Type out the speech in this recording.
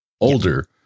older